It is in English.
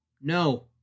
no